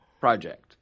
project